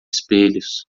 espelhos